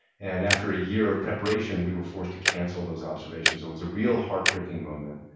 and after a year of preparation, we were forced to cancel those observations. it was a real heartbreaking moment.